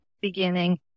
beginning